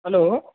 hello